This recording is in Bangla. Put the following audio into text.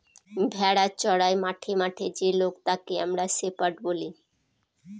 ভেড়া চোরাই মাঠে মাঠে যে লোক তাকে আমরা শেপার্ড বলি